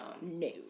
No